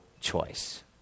choice